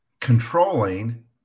controlling